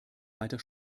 weiter